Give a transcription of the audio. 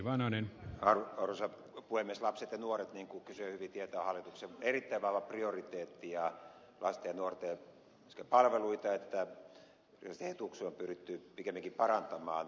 lapset ja nuoret niin kuin kysyjä hyvin tietää on hallituksen erittäin vahva prioriteetti ja lasten ja nuorten sekä palveluita että erityisesti heidän etuuksiaan on pyritty pikemminkin parantamaan